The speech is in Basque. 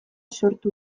sortu